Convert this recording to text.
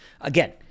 Again